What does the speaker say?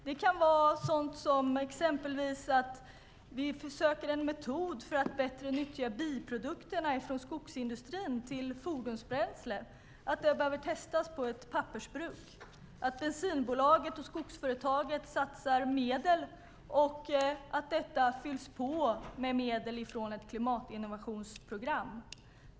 Det kan vara sådant som exempelvis att söka en metod för att bättre nyttja biprodukterna från skogsindustrin till fordonsbränsle och att testa detta på ett pappersbruk, att bensinbolaget och skogsföretaget satsar medel och att det fylls på med medel från ett klimatinnovationsprogram.